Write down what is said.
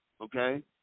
okay